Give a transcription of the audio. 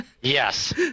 Yes